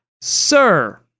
sir